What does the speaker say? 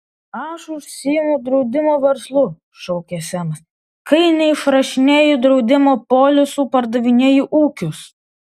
aš užsiimu draudimo verslu šaukė semas kai neišrašinėju draudimo polisų pardavinėju ūkius